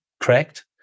correct